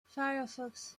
firefox